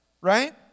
Right